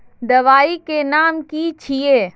दबाई के नाम की छिए?